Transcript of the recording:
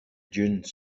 dune